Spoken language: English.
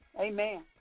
Amen